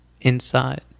inside